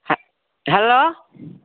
hello